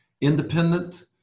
Independent